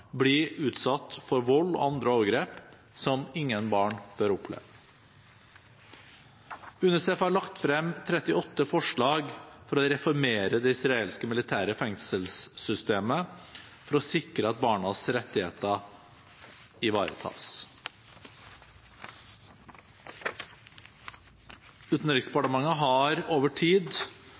blir utsatt for vold og andre overgrep som ingen barn bør oppleve. UNICEF har lagt fram 38 forslag for å reformere det israelske militære fengselssystemet for å sikre at barnas rettigheter ivaretas. Utenriksdepartementet har over tid